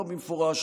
לא במפורש,